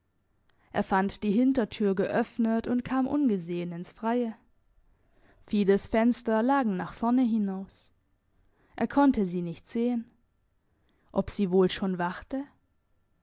er fand die hintertür geöffnet und kam ungesehen ins freie fides fenster lagen nach vorne hinaus er konnte sie nicht sehen ob sie wohl schon wachte